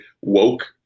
woke